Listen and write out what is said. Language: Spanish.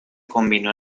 combinó